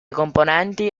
componenti